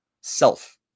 self